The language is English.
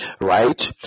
right